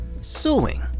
Suing